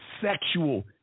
sexual